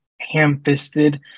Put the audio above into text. ham-fisted